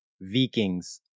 Vikings